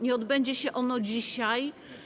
Nie odbędzie się ono dzisiaj.